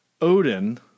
Odin